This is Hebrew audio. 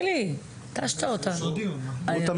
מה אתם